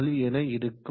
04 இருக்கும்